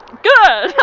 good.